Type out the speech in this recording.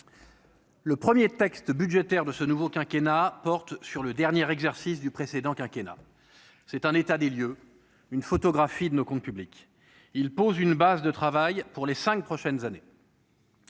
Le 1er texte budgétaire de ce nouveau quinquennat porte sur le dernier exercice du précédent quinquennat c'est un état des lieux, une photographie de nos comptes publics, il pose une base de travail pour les 5 prochaines années.